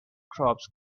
crops